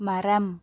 மரம்